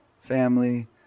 family